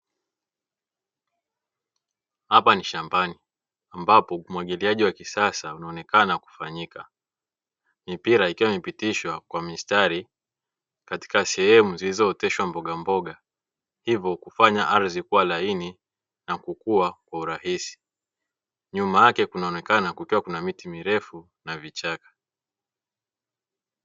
Hapa ni shambani ambapo umwagiliaji wa kisasa unaonekana hufanyika, mipira ikiwa imepitishwa kwa mistari katika sehemu zilizooteshwa mbogamboga, hivyo kufanya ardhi kuwa laini na kukua kwa urahisi. Nyuma yake kunaonekana kukiwa kuna miti mirefu na vichaka.